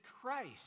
Christ